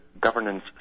Governance